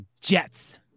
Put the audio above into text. Jets